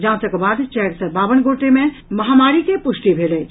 जांचक बाद चारि सय बावन गोटे मे महामारी के पुष्टि भेल अछि